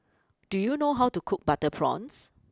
do you know how to cook Butter Prawns